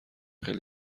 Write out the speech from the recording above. خیلی